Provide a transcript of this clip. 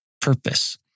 purpose